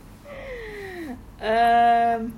err